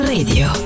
Radio